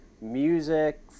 music